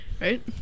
right